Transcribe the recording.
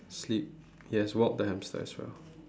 sleep yes walk the hamster as well